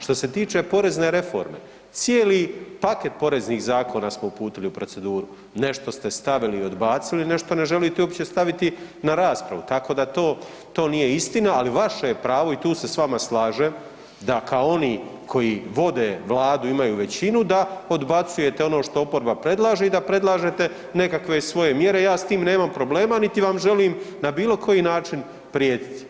Što se tiče porezne reforme, cijeli paket poreznih zakona smo uputili u proceduru, nešto ste stavili i odbacili, nešto ne želite uopće staviti na raspravu, tako da to nije istina, ali vaše pravo i tu se s vama slažem, da kao oni koji vode Vladu imaju većinu, da odbacujete ono što oporba predlaže i da predlažete nekakve svoje mjere, ja s tim nemam problema niti vam želim na bilokoji način prijetiti.